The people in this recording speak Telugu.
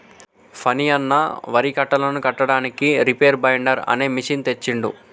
ఫణి అన్న వరి కట్టలను కట్టడానికి రీపేర్ బైండర్ అనే మెషిన్ తెచ్చిండు